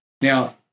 Now